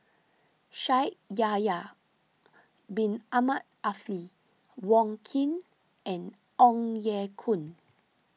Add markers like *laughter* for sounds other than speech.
Shaikh Yahya Bin Ahmed *unintelligible* Wong Keen and Ong Ye Kung